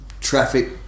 traffic